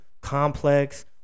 complex